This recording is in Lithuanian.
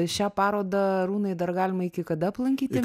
šią parodą arūnai dar galima iki kada aplankyti